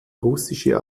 russische